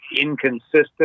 inconsistent